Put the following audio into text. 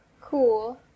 Cool